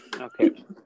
Okay